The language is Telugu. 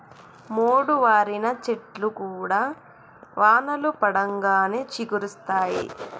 మోడువారిన చెట్లు కూడా వానలు పడంగానే చిగురిస్తయి